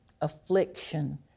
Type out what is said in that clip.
affliction